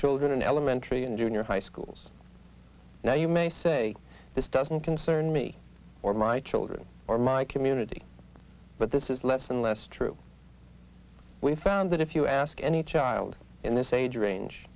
children in elementary and junior high schools now you may say this doesn't concern me or my children or my community but this is less and less true we found that if you ask any child in this age range